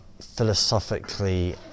philosophically